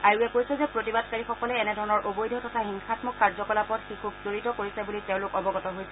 আয়োগে কৈছে যে প্ৰতিবাদকাৰীসকলে এনেধৰণৰ অবৈধ তথা হিংসামক কাৰ্যকলাপত শিশুক জড়িত কৰিছে বুলি তেওঁলোক অৱগত হৈছে